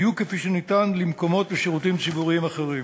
בדיוק כפי שניתן למקומות ולשירותים ציבוריים אחרים.